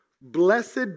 Blessed